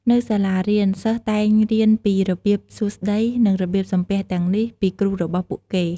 នៅសាលារៀន សិស្សតែងរៀនពីរបៀបសួស្ដី និងរបៀបសំពះទាំងនេះពីគ្រូរបស់ពួកគេ។